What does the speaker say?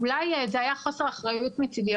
אולי זה היה חוסר אחריות מצידי,